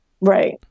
Right